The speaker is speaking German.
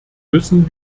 müssen